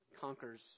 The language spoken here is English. conquers